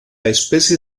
especie